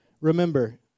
remember